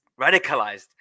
radicalized